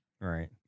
right